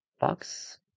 box